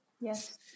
yes